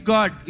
God